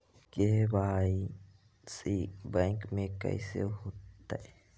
KYC bank में कैसे होतै?